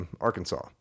Arkansas